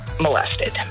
molested